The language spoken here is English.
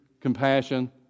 compassion